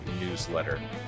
newsletter